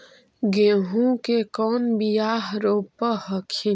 गेहूं के कौन बियाह रोप हखिन?